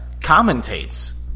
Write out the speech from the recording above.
commentates